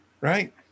right